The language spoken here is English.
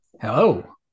Hello